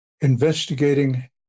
investigating